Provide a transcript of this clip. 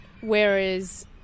Whereas